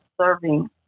serving